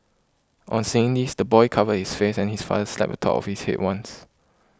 on seeing this the boy covered his face and his father slapped the top of his head once